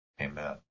amen